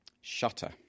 shutter